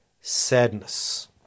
sadness